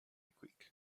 quick